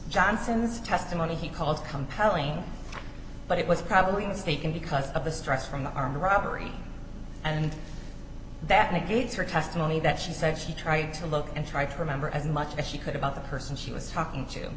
johnson's testimony he called compelling but it was probably mistaken because of the stress from the armed robbery and that negates her testimony that she said she tried to look and try to remember as much as she could about the person she was talking to